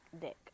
dick